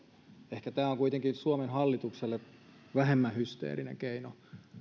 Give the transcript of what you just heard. ehkä tämä on kuitenkin suomen hallitukselle vähemmän hysteerinen keino